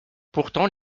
pourtant